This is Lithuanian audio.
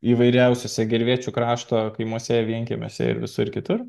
įvairiausiose gervėčių krašto kaimuose vienkiemiuose ir visur kitur